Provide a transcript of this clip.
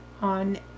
on